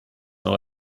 noch